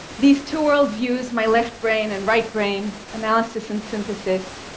these two worldviews, my left brain and right brain, analysis and synthesis,